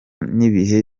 n’ibihe